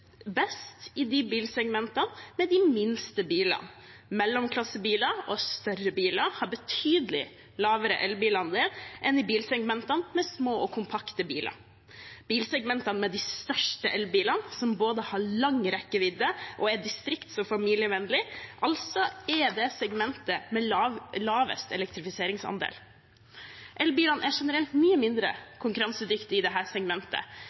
større biler har betydelig lavere elbilandel enn bilsegmentene med små og kompakte biler. Bilsegmentet med de største elbilene, som både har lang rekkevidde og er distrikts- og familievennlige, er altså det segmentet med lavest elektrifiseringsandel. Elbilene er generelt mye mindre konkurransedyktige i dette segmentet, men det er også i dette segmentet